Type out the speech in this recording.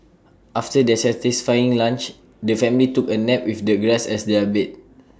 after their satisfying lunch the family took A nap with the grass as their bed